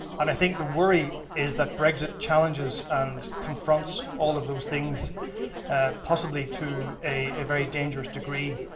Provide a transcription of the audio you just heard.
and i think the worry is that brexit challenges and confronts all of those things possibly to a very dangerous degree.